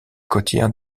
côtière